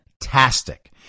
Fantastic